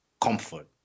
comfort